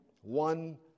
One